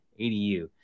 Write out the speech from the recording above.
ADU